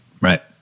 Right